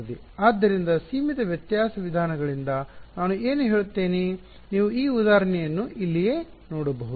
ಆದ್ದರಿಂದ ಸೀಮಿತ ವ್ಯತ್ಯಾಸ ವಿಧಾನಗಳಿಂದ ನಾನು ಏನು ಹೇಳುತ್ತೇನೆ ನೀವು ಈ ಉದಾಹರಣೆಯನ್ನು ಇಲ್ಲಿಯೇ ನೋಡಬಹುದು